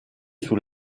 sous